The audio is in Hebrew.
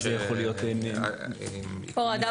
הורדה